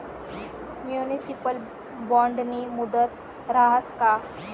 Municipal बॉन्डनी मुदत रहास का?